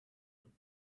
one